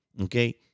okay